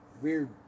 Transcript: weird